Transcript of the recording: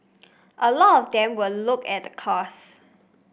a lot of them will look at the cost